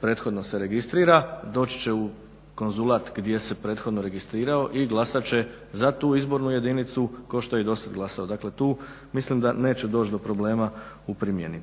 prethodno se registrira doći će u konzulat gdje se prethodno registrirao i glasat će za tu izbornu jedinicu kao što je i do sad glasao. Dakle, tu mislim da neće doć' do problema u primjeni.